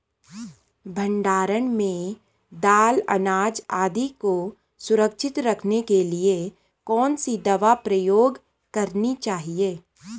भण्डारण में दाल अनाज आदि को सुरक्षित रखने के लिए कौन सी दवा प्रयोग करनी चाहिए?